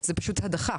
זה פשוט הדחה,